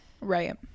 right